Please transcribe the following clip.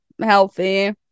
healthy